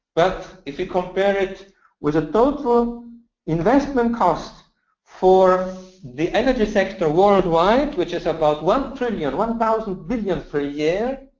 but if you compare it with the total investment cost for the energy sector worldwide, which is about one dollars trillion, one thousand billion, per year,